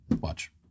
Watch